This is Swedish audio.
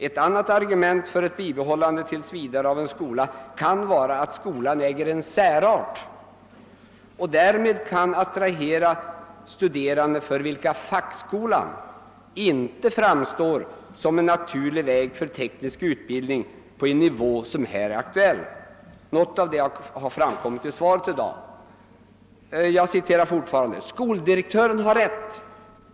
Ett annat argument för ett bibehållande tills vidare av en skola kan vara att skolan äger en särart och därvid kan attrahera studerande för vilka fackskolan inte framstår som en naturlig väg för teknisk utbildning på en nivå som här är aktuell.> Något av detta har framkommit även i svaret i dag. Jag fortsätter att citera: »Skoldirektören har rätt.